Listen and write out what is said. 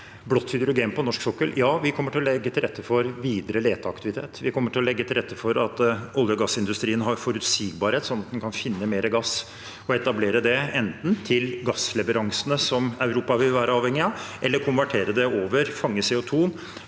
blått hydrogen på norsk sokkel, kommer vi til å legge til rette for videre leteaktivitet. Vi kommer til å legge til rette for at olje- og gassindustrien har forutsigbarhet, sånn at den kan finne mer gass og etablere det, enten til gassleveransene Europa vil være avhengig av, eller konvertere det, fange CO2en